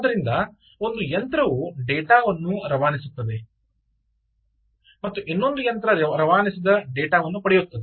ಆದ್ದರಿಂದ ಒಂದು ಯಂತ್ರವು ಡೇಟಾ ವನ್ನು ರವಾನಿಸುತ್ತದೆ ಮತ್ತು ಇನ್ನೊಂದು ಯಂತ್ರ ರವಾನಿಸಿದ ಡೇಟಾವನ್ನು ಪಡೆಯುತ್ತದೆ